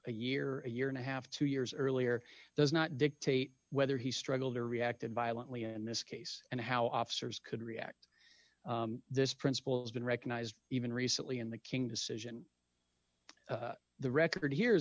a year a year and a half two years earlier does not dictate whether he struggled or reacted violently and this case and how officers could react this principles been recognized even recently in the king decision the record here